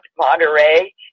Monterey